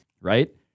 right